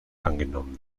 angenommen